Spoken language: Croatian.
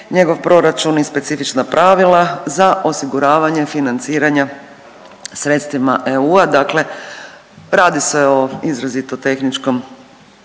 njegov proračun i specifična pravila za osiguravanje financiranja sredstvima EU-a dakle radi se o izrazito tehničkom